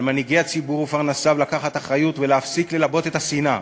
על מנהיגי הציבור ופרנסיו לקחת אחריות ולהפסיק ללבות את השנאה.